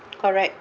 correct